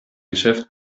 geschäft